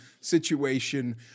situation